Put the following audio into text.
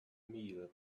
meal